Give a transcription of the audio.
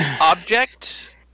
object